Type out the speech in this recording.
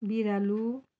बिरालो